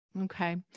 Okay